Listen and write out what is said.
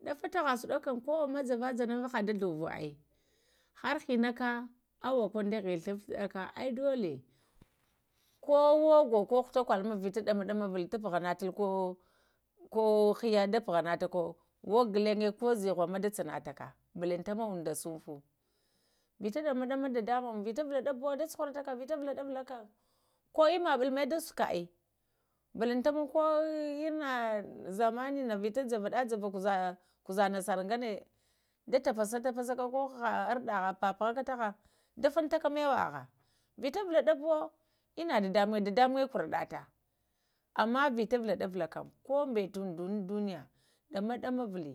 Lufka daha sudoka kowa ma jajavaja na ma ha da ghlovo əɓi har hənaka hour kundəha fləə flaɗaka əu dolə kowo ogo, ko ghatakolo ma vita ɗamaɗama vulə tupuvoɗatal ko hiyə da pugha nata kwo, ogo ghulanyə ko zivo ma da tsənətaka balantanəma onduŋn sunfa, vita ɗama-ɗama dda muŋ vita valaɗaɓuwo da cuhurataka, vita valaɗavala kam ko imma ɓulma da suka əɓ balantanama ko ina zamani zamana vita javaɗa-java kuza nasara ŋganə da tapasa-tapasaka arɗaha pəpuhaka, da funtaka məwaha vita valaɗabuwo inna dadamuŋwo, dadamuwo kwaraɗata vita vulaɗavula kam ko ɓəta ondəŋ ŋduniya ɗama-ɗama vulə,